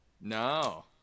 No